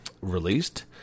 released